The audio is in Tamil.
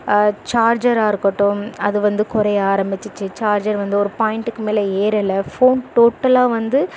சார்ஜராக இருக்கட்டும் அதுவந்து குறைய ஆரம்பிச்சுருச்சு சார்ஜர் வந்து ஒரு பாய்ண்ட் மேலே ஏறலை ஃபோன் டோட்டலாக வந்து